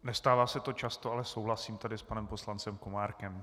Nestává se to často, ale souhlasím s panem poslancem Komárkem.